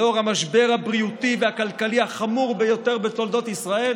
לנוכח המשבר הבריאותי והכלכלי החמור ביותר בתולדות ישראל?